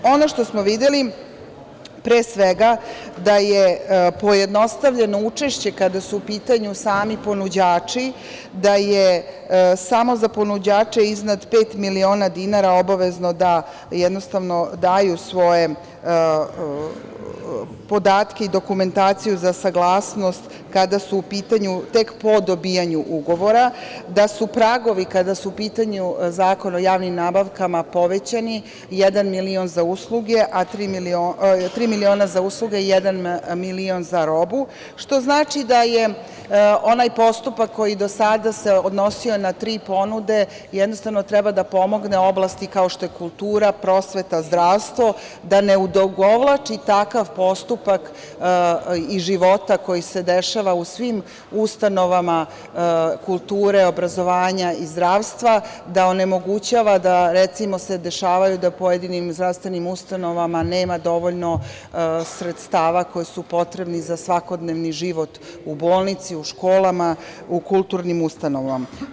Ono što smo videli, pre svega, jeste da je pojednostavljeno učešće kada su u pitanju sami ponuđači, da je samo za ponuđače iznad pet miliona dinara obavezno da daju svoje podatke i dokumentacije za saglasnost, kada su u pitanju, tek po dobijanju ugovora, da su pragovi, kada je u pitanju Zakon o javnim nabavkama, povećani – tri miliona za usluge, jedan milion za robu, što znači da onaj postupak, koji se do sada odnosio na tri ponude, treba da pomogne u oblastima kao što su kultura, prosveta, zdravstvo, da ne odugovlači takav postupak i života koji se dešava u svim ustanovama kulture, obrazovanja i zdravstva, da onemogućava da se dešava da u pojedinim zdravstvenim ustanovama nema dovoljno sredstava koji su potrebni za svakodnevni život u bolnici, u školama, u kulturnim ustanovama.